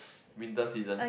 winter season